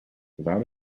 without